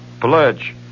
pledge